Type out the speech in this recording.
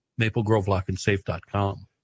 maplegrovelockandsafe.com